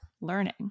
learning